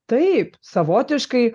taip savotiškai